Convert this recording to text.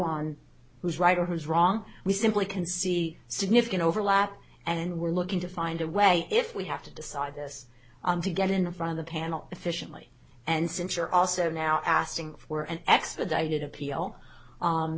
on who's right who's wrong we simply can see significant overlap and we're looking to find a way if we have to decide this to get in front of the panel efficiently and since you're also now asking for an expedited appeal